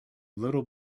little